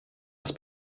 das